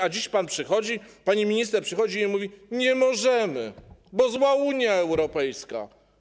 A dziś pan przychodzi, pani minister przychodzi i mówi: Nie możemy, bo zła Unia Europejska.